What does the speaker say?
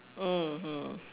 mmhmm